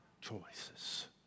choices